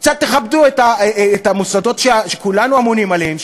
קצת תכבדו את המוסדות שכולנו אמונים עליהם,